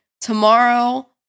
tomorrow